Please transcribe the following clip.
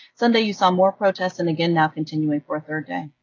sunday, you saw more protests and again now continuing for a third day.